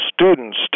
students